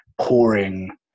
pouring